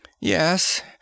Yes